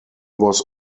was